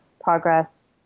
progress